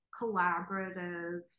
collaborative